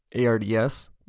ards